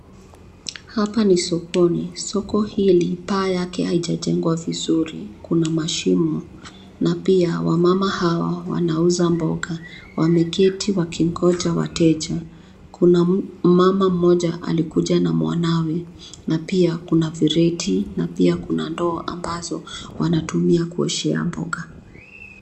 Hapa ni sokoni. Soko hili, paa yake haijatengwa vizuri; kuna mashimo, na pia wamama hawa wanauza mboga. Wameketi wakingoja wateja. Kuna mama mmoja alikuja na mwanawe na pia kuna vireti na pia kuna ndoo ambazo wanatumia kuoshea mboga.